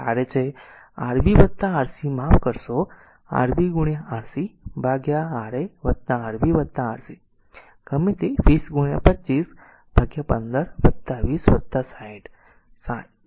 તેથી તે Ra છે Rb Rc માફ કરશો Rb Rc by R Rb Rc ગમે તે 20 2515 20 60